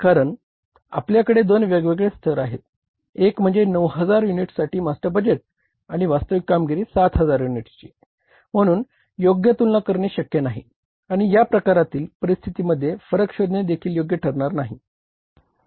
कारण आपल्याकडे दोन वेगवेगळे स्तर आहेत एक म्हणजे 9000 युनिट्ससाठी मास्टर बजेट आणि वास्तविक कामगिरी 7000 युनिट्सची म्हणून योग्य तुलना करणे शक्य नाही आणि या प्रकारातील परिस्थितीतमध्ये फरक शोधणे देखील योग्य ठरणार नाही